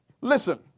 Listen